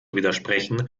widersprechen